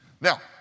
Now